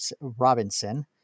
Robinson